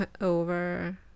over